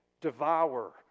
devour